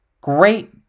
great